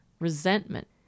resentment